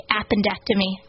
appendectomy